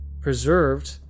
preserved